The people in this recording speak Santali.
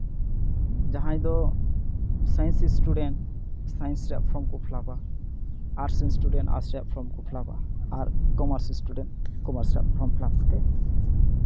ᱡᱟᱦᱟᱸᱭ ᱫᱚ ᱥᱟᱭᱮᱱᱥ ᱥᱴᱩᱰᱮᱱᱴ ᱥᱟᱭᱮᱱᱥ ᱨᱮᱭᱟᱜ ᱯᱷᱨᱚᱢ ᱠᱚ ᱯᱷᱤᱞᱟᱯᱟ ᱟᱨᱴᱥ ᱨᱮᱱ ᱥᱴᱩᱰᱮᱱᱴ ᱟᱨᱴᱥ ᱨᱮᱭᱟᱜ ᱯᱷᱨᱚᱢ ᱠᱚ ᱯᱷᱤᱞᱟᱯᱼᱟ ᱟᱨ ᱠᱚᱢᱟᱨᱥ ᱥᱴᱩᱰᱮᱱᱴ ᱠᱚᱢᱟᱨᱥ ᱨᱮᱭᱟᱜ ᱯᱷᱨᱚᱢ ᱯᱷᱤᱞᱟᱯ ᱠᱟᱛᱮ